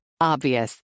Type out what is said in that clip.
Obvious